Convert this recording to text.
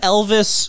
Elvis